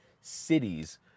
cities